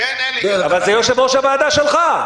אבל זה יושב-ראש הוועדה שלך,